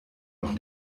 noch